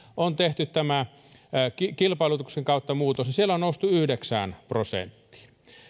on tehty kilpailutuksen kautta muutos niin siellä on noustu yhdeksään prosenttiin